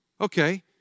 Okay